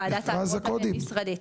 וועדת האגרות הבי--משרדית,